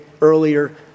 earlier